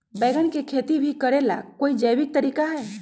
बैंगन के खेती भी करे ला का कोई जैविक तरीका है?